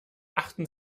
achten